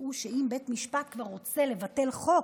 והוא שאם בית המשפט כבר רוצה לבטל חוק,